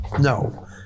No